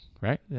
right